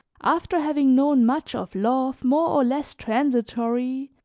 after having known much of love, more or less transitory,